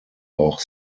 auch